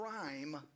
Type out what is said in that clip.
crime